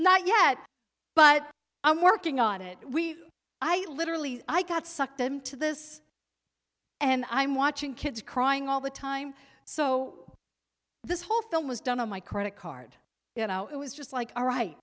not yet but i'm working on it i literally i got sucked into this and i'm watching kids crying all the time so this whole film was done on my credit card you know it was just like all right